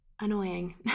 annoying